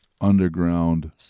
underground